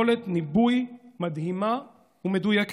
יכולת ניבוי מדהימה ומדויקת.